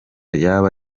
yaba